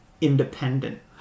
Independent